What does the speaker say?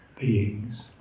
beings